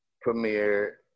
Premier